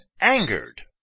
angered